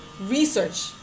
research